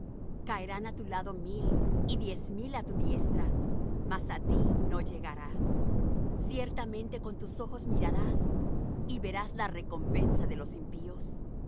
caerán á tu lado mil y diez mil á tu diestra mas á ti no llegará ciertamente con tus ojos mirarás y verás la recompensa de los impíos